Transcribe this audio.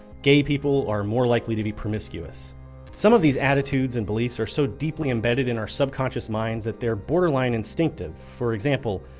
gay people are more likely to be promiscuous some of these attitudes and beliefs are so deeply embedded in our subconscious minds that they're borderline instinctive for example,